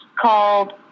called